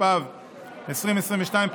התשפ"ב 2022,